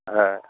হ্যাঁ